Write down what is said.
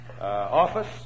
Office